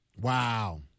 Wow